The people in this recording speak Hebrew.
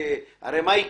לא.